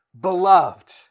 beloved